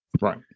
Right